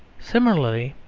similarly,